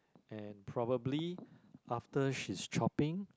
and probably after she's chopping